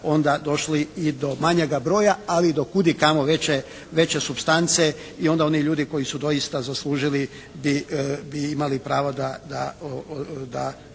onda došli i do manjega broja, ali i do kud i kamo veće supstance i onda oni ljudi koji su doista zaslužili bi imali pravo da